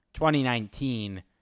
2019